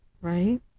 right